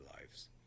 lives